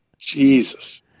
jesus